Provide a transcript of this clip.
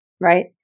right